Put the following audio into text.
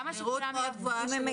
בסבירות גבוהה מאוד.